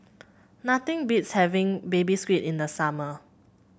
nothing beats having Baby Squid in the summer